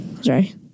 Sorry